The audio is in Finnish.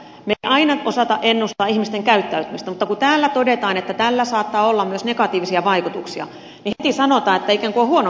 me emme aina osaa ennustaa ihmisten käyttäytymistä mutta kun täällä todetaan että tällä saattaa olla myös negatiivisia vaikutuksia niin heti sanotaan että ikään kuin on huono mietintö